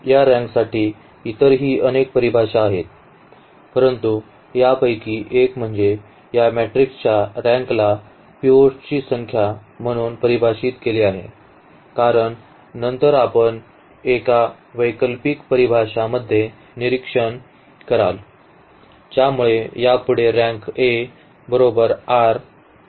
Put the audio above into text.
या रँकसाठी इतरही अनेक परिभाषा आहेत परंतु यापैकी एक म्हणजे या मॅट्रिक्सच्या रँकला पिव्हट्सची संख्या म्हणून परिभाषित केले आहे कारण नंतर आपण एका वैकल्पिक परिभाषामध्ये निरीक्षण कराल ज्यामुळे यापुढे रँक r मुख्य पिव्होटची संख्या होईल